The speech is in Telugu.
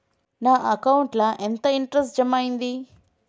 నా అకౌంట్ ల ఎంత ఇంట్రెస్ట్ జమ అయ్యింది?